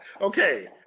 okay